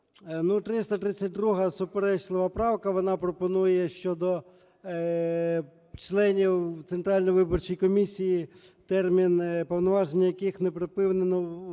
Ну, 332-а – суперечлива правка. Вона пропонує щодо членів Центральної виборчої комісії термін, повноваження яких не припинено в